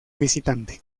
visitante